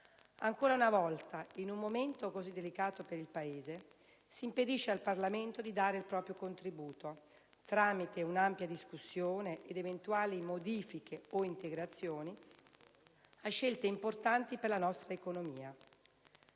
Ancora una volta, in un momento così delicato per il Paese, si impedisce al Parlamento di dare il proprio contributo tramite un'ampia discussione, ed eventuali modifiche o integrazioni, a scelte importanti per la nostra economia.